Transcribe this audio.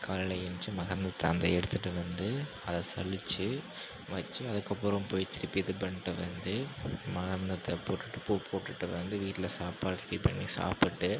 காலையில் ஏஞ்ச்சு மகரந்தத்தை அந்த எடுத்துகிட்டு வந்து அதை சலிச்சு வச்சு அதுக்கப்புறம் போய் திருப்பி இது பண்ணிட்டு வந்து மகரந்தத்தை போட்டுவிட்டு பூ போட்டுவிட்டு வந்து வீட்டில சாப்பாடு ரெடி பண்ணி சாப்பிட்டு